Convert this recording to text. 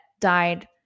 died